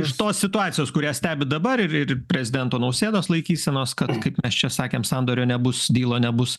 iš tos situacijos kurią stebi dabar ir ir prezidento nausėdos laikysenos kad kaip mes čia sakėm sandorio nebus dylo nebus